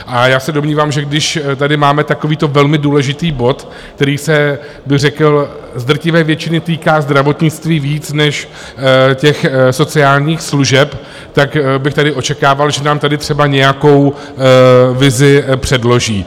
A já se domnívám, že když tady máme takovýto velmi důležitý bod, který se, bych řekl, z drtivé většiny týká zdravotnictví víc než těch sociálních služeb, tak bych tady očekával, že nám tady třeba nějakou vizi předloží.